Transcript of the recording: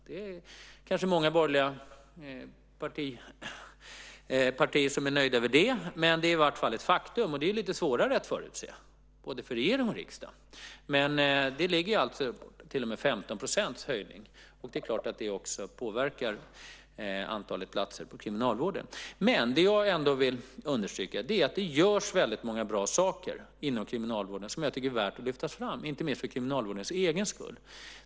Det kanske är många borgerliga partier som är nöjda med det, men det är i alla fall ett faktum. Det är lite svårare att förutse det, både för regering och för riksdag. Det ligger alltså på en höjning på så mycket som 15 %, och det påverkar självfallet också antalet platser i kriminalvården. Det jag vill understryka är att det görs väldigt många bra saker inom kriminalvården som är värda att lyftas fram, inte minst för kriminalvårdens egen skull.